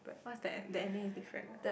what's that the ending is different ah